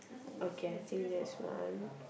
okay I think that's one